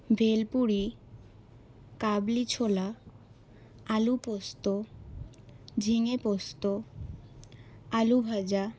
ভেলপুরি কাবলি ছোলা আলু পোস্ত ঝিঙে পোস্ত আলু ভাজা